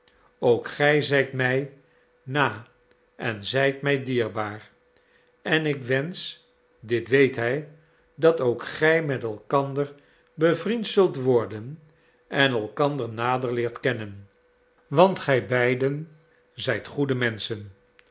ook gij zijt mij na en zijt mij dierbaar en ik wensch dit weet hij dat ook gij met elkander bevriend zult worden en elkander nader leert kennen want gij beiden zijt goede menschen